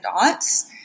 dots